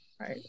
Right